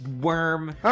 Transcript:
worm